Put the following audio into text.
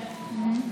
כן.